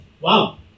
Wow